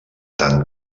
tant